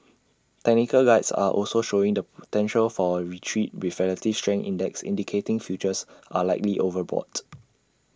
technical Guides are also showing the potential for A retreat with relative strength index indicating futures are likely overbought